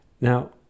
now